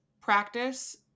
practice